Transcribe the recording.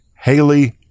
Haley